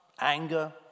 anger